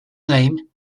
name